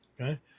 Okay